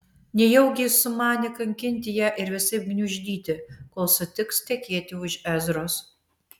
nejaugi jis sumanė kankinti ją ir visaip gniuždyti kol sutiks tekėti už ezros